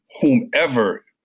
whomever